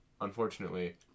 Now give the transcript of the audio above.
unfortunately